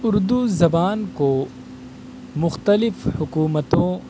اردو زبان کو مختلف حکومتوں